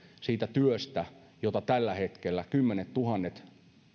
siitä työstä jota tällä hetkellä kymmenettuhannet